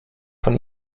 von